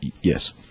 Yes